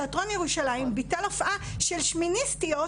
תיאטרון ירושלים ביטל הופעה של שמיניסטיות